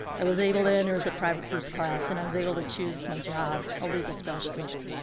i was able to enter as a private first class. and i was able to choose my job, a legal specialist.